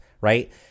right